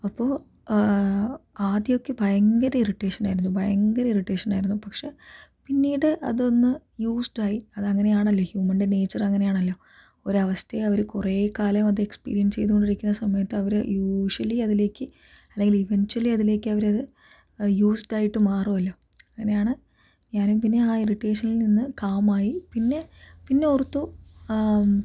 അപ്പോൾ ആദ്യമൊക്കെ ഭയങ്കര ഇറിറ്റേഷൻ ആയിരുന്നു ഭയങ്കര ഇറിറ്റേഷൻ ആയിരുന്നു പക്ഷേ പിന്നീട് അതൊന്ന് യൂസ്ട് ആയി അതങ്ങനെയാണല്ലോ ഹ്യൂമണിൻ്റെ നേച്ചർ അങ്ങനെയാണല്ലോ ഒരു അവസ്ഥയെ അവര് കുറെക്കാലം അത് എക്സ്പീരിയൻസ് ചെയ്തുകൊണ്ടിരിക്കുന്ന സമയത്ത് അവര് യൂഷ്വലി അതിലേക്ക് അല്ലെങ്കിൽ ഇവൻചുലി അതിലേക്ക് അവര് അത് യൂസ്ഡ് ആയിട്ട് മാറുമല്ലോ അങ്ങനെയാണ് ഞാനും പിന്നെയാ ഇറിറ്റേഷനിൽ നിന്ന് കാം ആയി പിന്നെ പിന്നെ ഓർത്തു